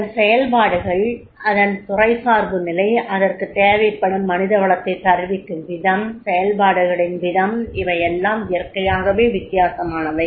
அதன் செயல்பாடுகள் அதன் துறைசார்புநிலை அதற்குத் தேவைப்படும் மனிதவளத்தை தருவிக்கும் விதம் செயல்பாடுகளின் விதம் இவையெல்லாம் இயற்கையாகவே வித்தியாசமானவை